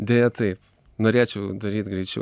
deja taip norėčiau daryt greičiau